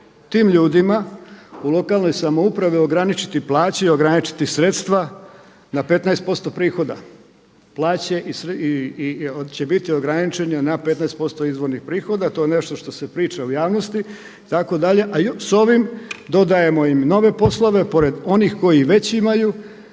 tim ljudima u lokalnoj samoupravi ograničiti plaće i ograničiti sredstva na 15% prihoda. Plaće će biti ograničene na 15% izvornih prihoda, to je nešto što se priča u javnosti itd. A s ovim dodajemo im nove poslove pored onih kojih već imaju,